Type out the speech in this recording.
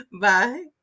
bye